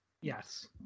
Yes